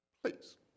Please